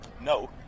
No